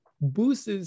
boosts